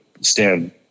stand